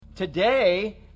Today